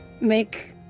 make